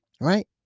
Right